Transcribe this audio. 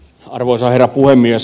arvoisa herra puhemies